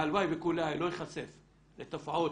והלוואי לא יחשף לתופעות,